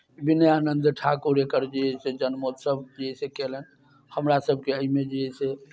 विनयानन्द ठाकुर एकर जे अइ से जन्मोत्सव जे अइ से कयलनि हमरासभके अइमे जे अइ से